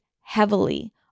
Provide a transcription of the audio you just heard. heavily